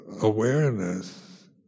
awareness